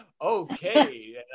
okay